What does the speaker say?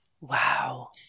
Wow